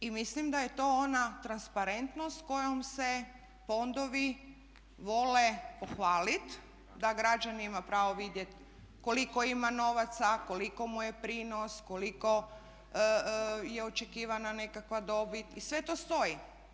I mislim da je to ona transparentnost s kojom se fondovi vole pohvalit da građanin ima pravo vidjeti koliko ima novaca, koliko mu je prinos, koliko je očekivana nekakva dobit i sve to stoji.